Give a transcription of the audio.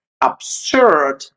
absurd